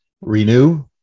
renew